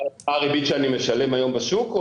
מה הריבית שאני משלם היום בשוק?